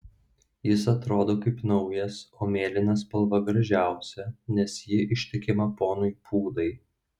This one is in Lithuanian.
jis atrodo kaip naujas o mėlyna spalva gražiausia nes ji ištikima ponui pūdai